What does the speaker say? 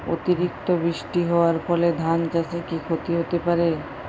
অতিরিক্ত বৃষ্টি হওয়ার ফলে ধান চাষে কি ক্ষতি হতে পারে?